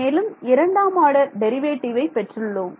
மேலும் இரண்டாம் order derivative பெற்றுள்ளோம்